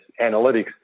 analytics